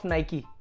Nike